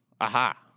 Aha